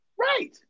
right